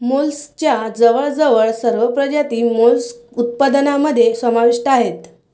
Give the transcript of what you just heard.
मोलस्कच्या जवळजवळ सर्व प्रजाती मोलस्क उत्पादनामध्ये समाविष्ट आहेत